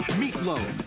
meatloaf